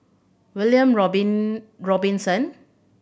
William Robin Robinson